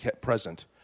present